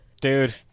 Dude